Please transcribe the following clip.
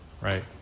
right